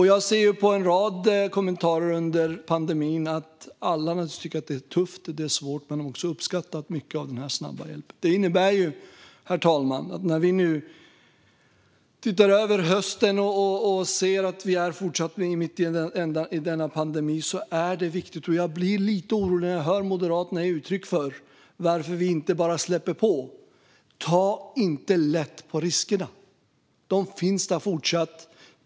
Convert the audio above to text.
Jag har sett på en rad kommentarer under pandemin att det är många som tycker att det är tufft och svårt men också uppskattar mycket av denna snabba hjälp. Herr talman! Vi blickar framåt mot hösten och ser att vi fortfarande är mitt i denna pandemi. Jag blir lite orolig när jag hör Moderaterna undra varför vi inte bara släpper på. Ta inte lätt på riskerna! De finns där fortsatt.